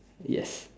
yes